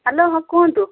hello ହଁ କୁହନ୍ତୁ